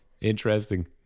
interesting